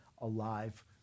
alive